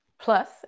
plus